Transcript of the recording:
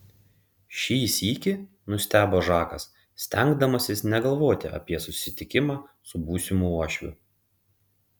šį sykį nustebo žakas stengdamasis negalvoti apie susitikimą su būsimu uošviu